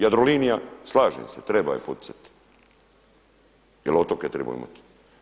Jadrolinija, slažem se treba je poticati jel otoke trebamo imati.